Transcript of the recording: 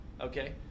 Okay